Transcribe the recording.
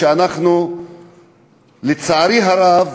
שלצערי הרב,